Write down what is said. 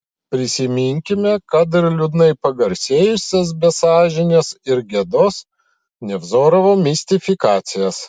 prisiminkime kad ir liūdnai pagarsėjusias be sąžinės ir gėdos nevzorovo mistifikacijas